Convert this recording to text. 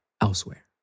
elsewhere